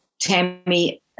Tammy